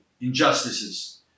injustices